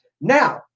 Now